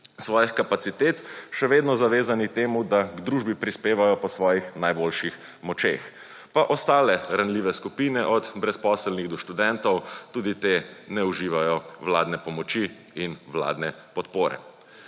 svojih kapacitet še vedno zavezani k temu, da k družbi prispevajo po svojih najboljših močeh. Pa ostale ranljive skupine od brezposelnih do študentov, tudi te ne uživajo vladne pomoči in vladne podpore.